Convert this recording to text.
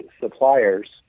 suppliers